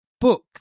book